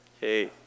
hey